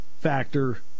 factor